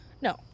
No